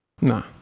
Nah